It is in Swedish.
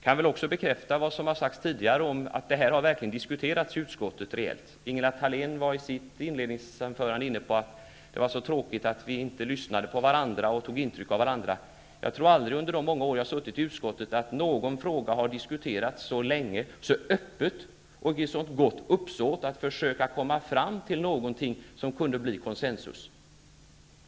Jag kan också bekräfta vad som har sagts tidigare om att det här verkligen har diskuterats i utskottet. Ingela Thalén var i sitt inledningsanförande inne på att det var tråkigt att vi inte lyssnade på och tog intryck av varandra. Jag tror inte att någon fråga, under de många år som jag har suttit i utskottet, har diskuterats så länge, så öppet och i ett så gott uppsåt att försöka komma fram till någonting som kunde bli konsensus.